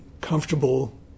comfortable